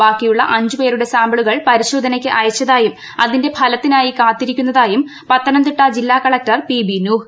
ബാക്കിയുളള അഞ്ച് പേരുടെ സാമ്പിളുകൾ പരിശോധനയ്ക്ക് അയച്ചതായും അതിന്റെ ഫലത്തിനായി കാത്തിരിക്കുന്നതായും പത്തനംതിട്ട ജില്ലാകലക്ടർ പി ബി നൂഹ്